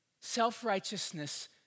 self-righteousness